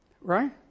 Right